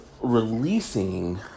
releasing